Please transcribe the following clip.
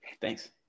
Thanks